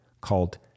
called